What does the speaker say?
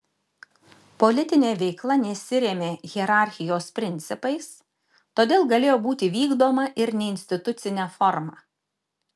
politinė veikla nesirėmė hierarchijos principais todėl galėjo būti vykdoma ir neinstitucine forma